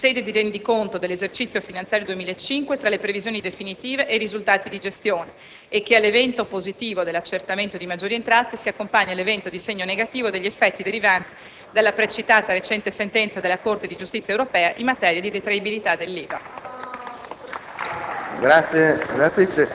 ove si consideri lo scostamento registrato in sede di rendiconto dell'esercizio finanziario 2005, tra le previsioni definitive ed i risultati di gestione e che all'evento positivo (accertamento di maggiori entrate) si accompagna l'evento di segno negativo degli effetti derivanti dalla predetta recente sentenza della Corte di giustizia delle Comunità europee in materia di detraibilità dell'IVA.